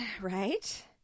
Right